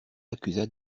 accusa